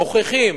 מוכיחים.